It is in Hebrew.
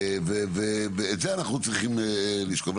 את זה אנחנו צריכים לשקול.